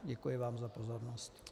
Děkuji vám za pozornost.